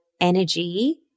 energy